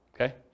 Okay